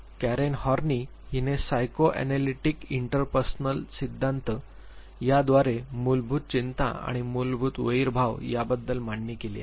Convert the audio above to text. Karen Horney हिने psychoanalytic interpersonal सिद्धांत याद्वारे मूलभूत चिंता आणि मूलभूत वैर भाव याबद्दल मांडणी केली आहे